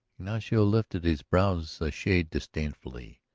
ignacio lifted his brows a shade disdainfully.